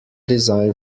design